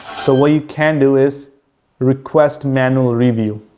so, what you can do is request manual review.